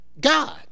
God